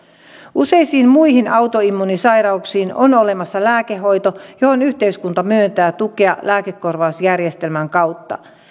useisiin muihin autoimmuunisairauksiin on olemassa lääkehoito johon yhteiskunta myöntää tukea lääkekorvausjärjestelmän kautta